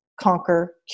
conquer